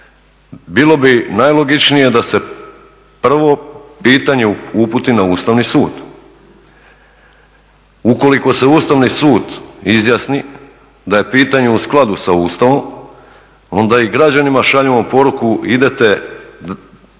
bilo bi najlogičnije da se prvo pitanje uputi na Ustavni sud. Ukoliko se Ustavni sud izjasni da je pitanje u skladu sa Ustavom, onda i građanima šaljemo poruku idete, imate